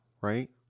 right